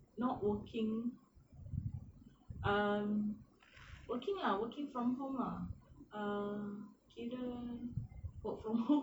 not working um working lah working from home ah err kira work from home